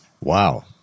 Wow